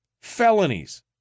felonies